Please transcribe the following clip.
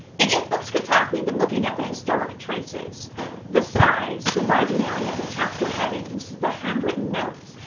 in if books could talk we've been looking at the historic traces the size, the marginalia, the chapter headings, the handwritten notes,